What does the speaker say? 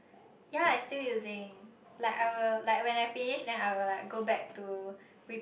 yea I still using like I will like when I finish then I will like go back to rip~